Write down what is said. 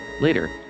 Later